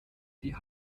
die